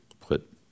put